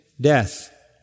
death